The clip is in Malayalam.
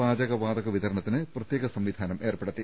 പാചക വാതക വിതരണത്തിന് പ്രത്യേക സംവി നാനം ഏർപ്പെടുത്തി